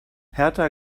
hertha